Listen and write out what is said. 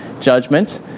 judgment